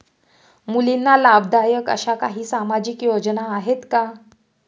मुलींना लाभदायक अशा काही सामाजिक योजना आहेत का?